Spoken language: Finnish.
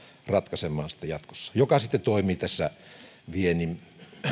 ratkaisemaan sitten jatkossa ja niin että se sitten toimii viennin